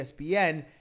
ESPN